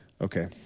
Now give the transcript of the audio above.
Okay